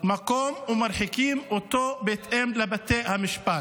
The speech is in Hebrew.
מקום ומרחיקים אותו בהתאם לבתי המשפט.